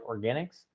Organics